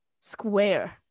square